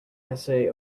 essay